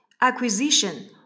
Acquisition